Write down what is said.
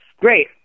Great